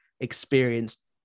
experienced